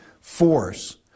force